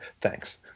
Thanks